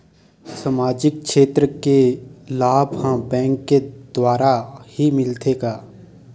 सामाजिक क्षेत्र के लाभ हा बैंक के द्वारा ही मिलथे का?